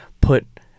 put